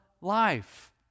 life